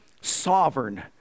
sovereign